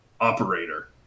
operator